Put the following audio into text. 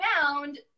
found